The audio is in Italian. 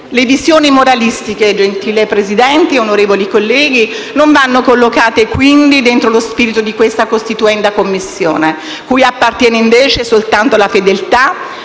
Le visioni moralistiche, gentile Presidente, onorevoli colleghi, non vanno collocate quindi dentro lo spirito di questa costituenda Commissione, cui appartiene invece soltanto la fedeltà